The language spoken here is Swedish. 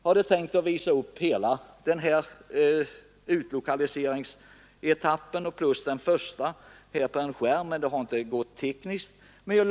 Jag hade tänkt visa upp hela den här utlokaliseringsetappen plus den första på TV-skärmen, men det har inte gått att ordna tekniskt.